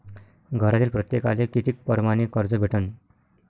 घरातील प्रत्येकाले किती परमाने कर्ज भेटन?